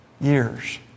years